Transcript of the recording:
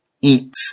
eat